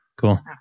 Cool